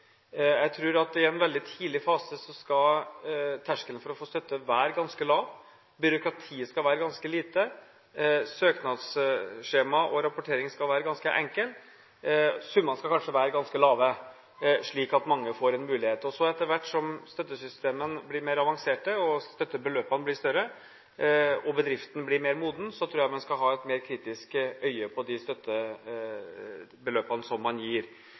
Jeg tror at i en veldig tidlig fase skal terskelen for å få støtte være ganske lav – byråkratiet skal være ganske lite, søknadsskjema og rapportering skal være ganske enkelt, og summene skal være ganske lave, slik at mange får en mulighet. Etter hvert som støttesystemene blir mer avanserte, støttebeløpene blir større og bedriften blir mer moden, tror jeg man skal ha et mer kritisk øye på de støttebeløpene som man gir.